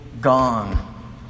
gone